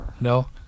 No